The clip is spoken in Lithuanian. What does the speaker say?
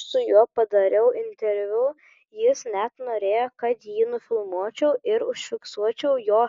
aš su juo padariau interviu jis net norėjo kad jį filmuočiau ir užfiksuočiau jo